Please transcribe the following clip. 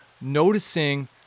noticing